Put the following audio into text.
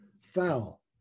foul